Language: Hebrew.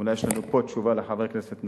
אולי יש לנו פה תשובה לחבר הכנסת נפאע,